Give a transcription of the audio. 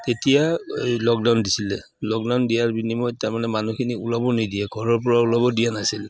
তেতিয়া লকডাউন দিছিলে লকডাউন দিয়াৰ বিনিময়ত তাৰমানে মানুহখিনি ওলাব নিদিয়ে ঘৰৰ পৰা ওলাব দিয়া নাছিল